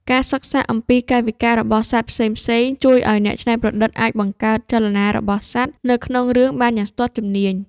ការសិក្សាអំពីកាយវិការរបស់សត្វផ្សេងៗជួយឱ្យអ្នកច្នៃប្រឌិតអាចបង្កើតចលនារបស់សត្វនៅក្នុងរឿងបានយ៉ាងស្ទាត់ជំនាញ។